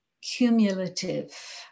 cumulative